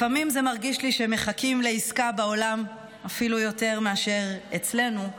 לפעמים זה מרגיש לי שמחכים לעסקה בעולם אפילו יותר מאשר אצלנו,